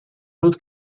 root